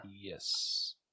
Yes